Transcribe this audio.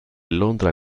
londra